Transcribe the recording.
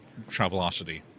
Travelocity